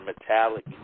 metallic